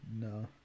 No